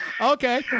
Okay